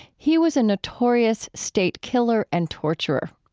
he was a notorious state killer and torturer.